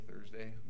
Thursday